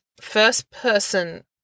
first-person